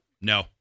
No